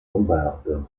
lombarde